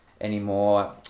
anymore